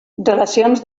relacions